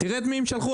תראה את מי הם שלחו.